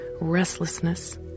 restlessness